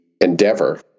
Endeavor